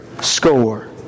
score